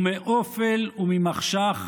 ומאופל וממחשך